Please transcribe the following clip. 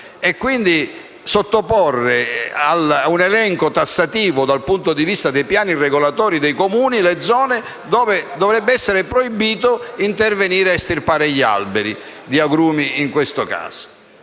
dovuto sottoporre ad un elenco tassativo dal punto di vista dei piani regolatori dei Comuni le zone dove dovrebbe essere proibito intervenire a estirpare gli alberi (gli agrumi, in questo caso).